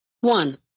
One